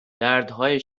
دردهای